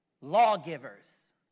lawgivers